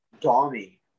domi